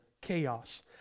chaos